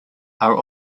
are